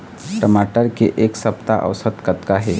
टमाटर के एक सप्ता औसत कतका हे?